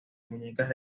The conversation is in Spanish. muñecas